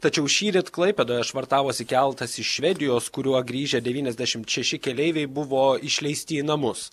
tačiau šįryt klaipėdoje švartavosi keltas iš švedijos kuriuo grįžę devyniasdešimt šeši keleiviai buvo išleisti į namus